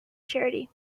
charity